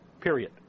Period